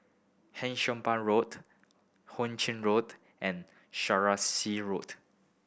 Hampshire Road Hu Ching Road and Saraca Road